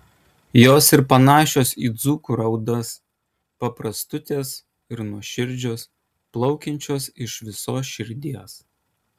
jos ir panašios į dzūkų raudas paprastutės ir nuoširdžios plaukiančios iš visos širdies